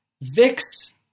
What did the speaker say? VIX